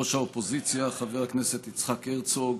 ראש האופוזיציה חבר הכנסת יצחק הרצוג,